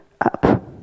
up